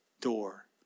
door